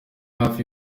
hafi